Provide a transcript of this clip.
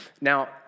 Now